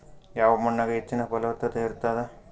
ಯಾವ ಮಣ್ಣಾಗ ಹೆಚ್ಚಿನ ಫಲವತ್ತತ ಇರತ್ತಾದ?